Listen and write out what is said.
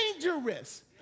dangerous